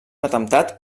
atemptat